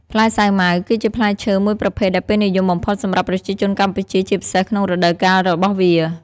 ផ្លែសាវម៉ាវ គឺជាផ្លែឈើមួយប្រភេទដែលពេញនិយមបំផុតសម្រាប់ប្រជាជនកម្ពុជា ជាពិសេសក្នុងរដូវកាលរបស់វា។